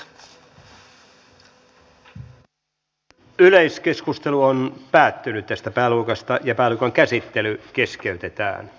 talousasiantuntijat ovat todenneet ylioptimistisiksi työpaikka arviot joita hallitus on antanut